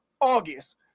august